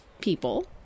people